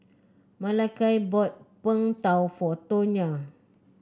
Malakai bought Png Tao for Tonya